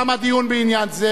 תם הדיון בעניין זה.